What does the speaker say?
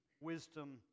wisdom